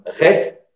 red